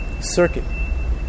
circuit